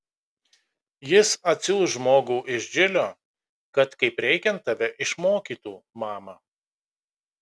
jis atsiųs žmogų iš džilio kad kaip reikiant tave išmokytų mama